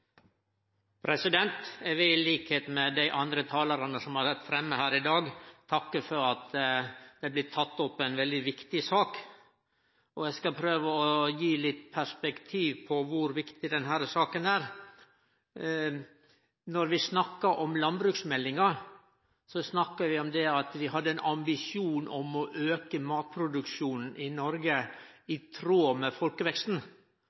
fører. Eg vil til liks med dei andre talarane som har vore framme her i dag, takke for at det blir teke opp ei svært viktig sak. Eg skal prøve å gi perspektiv på kor viktig denne saka er. Når vi snakkar om landbruksmeldinga, snakkar vi om at vi hadde ein ambisjon om å auke matproduksjonen i Noreg i tråd med folkeveksten,